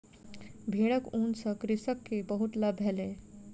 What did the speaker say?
भेड़क ऊन सॅ कृषक के बहुत लाभ भेलै